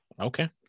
Okay